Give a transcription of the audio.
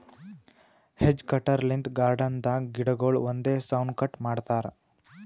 hedge cutter ಲಿಂತ್ garden ದಾಗ್ ಗಿಡಗೊಳ್ ಒಂದೇ ಸೌನ್ ಕಟ್ ಮಾಡ್ತಾರಾ